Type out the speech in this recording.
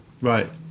Right